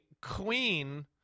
queen